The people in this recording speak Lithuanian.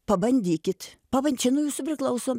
pabandykit paban čia nuo jūsų priklausom